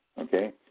Okay